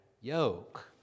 yoke